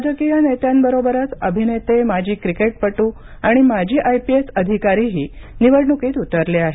राजकीय नेत्यांबरोबरच अभिनेते माजी क्रिकेटपटू आणि माजी आयपीसएस अधिकारीही निवडणुकीत उतरले आहेत